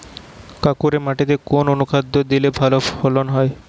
কাঁকুরে মাটিতে কোন অনুখাদ্য দিলে ভালো ফলন হবে?